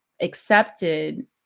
accepted